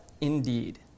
indeed